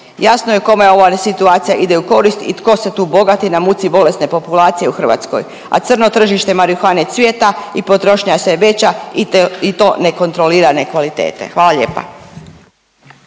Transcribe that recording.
Jasno je kome ove situacija ide u korist i tko se tu bogati na muci bolesne populacije u Hrvatskoj, a crno tržište marihuane cvjeta i potrošnja je sve veća i to nekontrolirane kvalitete. Hvala lijepa.